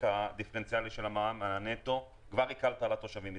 הדיפרנציאלי של המע"מ מהנטו וכבר הקלת על התושבים.